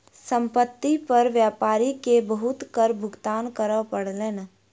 संपत्ति पर व्यापारी के बहुत कर भुगतान करअ पड़लैन